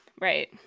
right